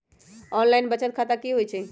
Online बचत खाता की होई छई?